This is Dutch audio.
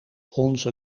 onze